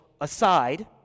aside